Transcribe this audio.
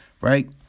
right